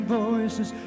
voices